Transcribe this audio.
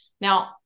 Now